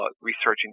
researching